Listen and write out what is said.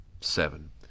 seven